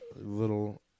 little